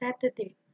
Saturday